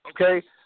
okay